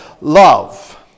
love